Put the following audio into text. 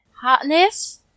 Hotness